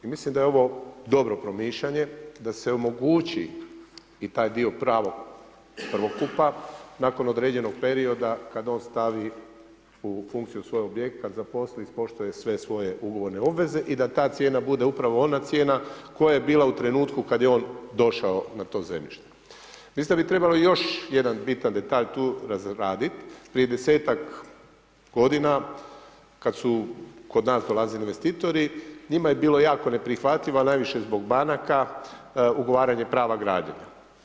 I mislim da je ovo dobro promišljanje, da se omogući i taj dio pravo prvokupa, nakon određenog perioda, kad on stavi u funkciju svoj objekt, kad zaposli, ispoštuje sve svoje ugovorne obveze i da ta cijena bude upravo ona cijena koja je bila u trenutku kada je on došao na to zemljište. … još jedan bitan detalj tu razraditi, prije 10-tak godina, kad su kod nas dolazili investitori, njima je bilo jako neprihvatljivo, a najviše zbog banaka, ugovaranja prava građenja.